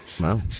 Wow